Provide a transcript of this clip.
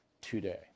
today